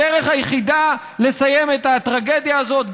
הדרך היחידה לסיים את הטרגדיה הזאת,